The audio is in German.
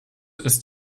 ist